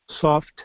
soft